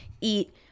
eat